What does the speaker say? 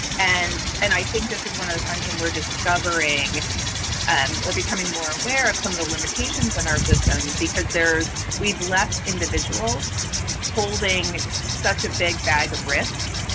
and and i think this is one of the times when we're discovering and or becoming more aware of some of the limitations in our system, because there's we've left individuals holding such a big bag of risk.